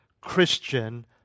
Christian